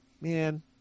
man